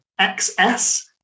XS